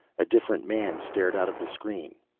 a different man stared out of the screen.